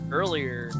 earlier